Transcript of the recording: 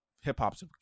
hip-hop's